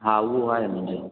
हा उहो आहे मुंहिंजो